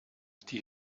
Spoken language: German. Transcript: die